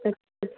ਅੱਛਾ